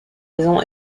maison